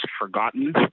forgotten